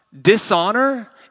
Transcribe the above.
Dishonor